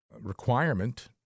requirement